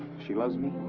she loves me?